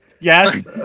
Yes